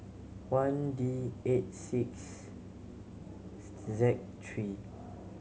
one D eight six Z three